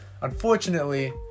Unfortunately